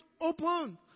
open